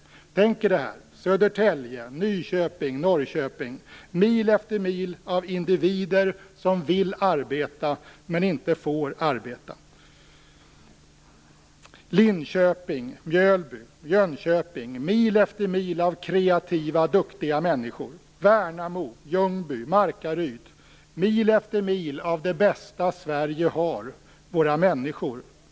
Tänk er detta. Södertälje, Nyköping, Norrköping. Mil efter mil av individer som vill arbeta men inte får arbeta. Linköping, Mjölby, Jönköping. Mil efter mil av kreativa, duktiga människor. Värnamo, Ljungby, Markaryd. Mil efter mil av det bästa Sverige har: våra människor.